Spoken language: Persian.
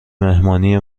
مهمانی